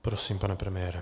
Prosím, pane premiére.